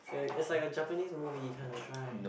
it's like it's like a Japanese movie kind of dry